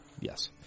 Yes